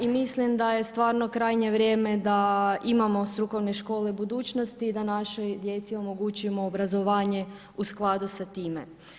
I mislim da je stvarno krajnje vrijeme da imamo strukovne škole budućnosti i da našoj djeci omogućimo obrazovanje u skladu sa time.